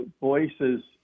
voices